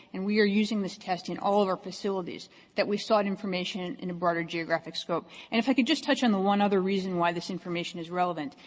and we are using this test in all of our facilities that we sought information in a broader geographic scope. and if we could just touch on one other reason why this information is relevant.